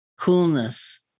coolness